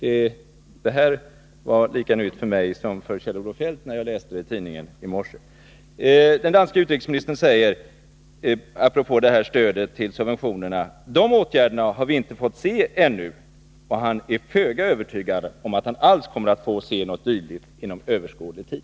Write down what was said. När jag läste tidningen i morse var uttalandet lika nytt för mig som för Kjell-Olof Feldt. Den danske utrikesministern säger alltså, apropå sänkt industristöd, att de åtgärderna har vi inte fått se ännu, och han är föga övertygad om att han alls kommer att få se något dylikt inom överskådlig tid.